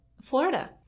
Florida